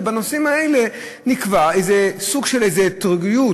ובנושאים האלה נקבע איזה סוג של איזה אתרוגיות,